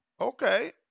Okay